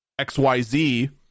XYZ